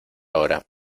hora